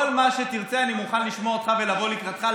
כל מה שתרצה, אני מוכן לשמוע אותך ולבוא לקראתך.